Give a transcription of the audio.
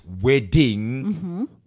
wedding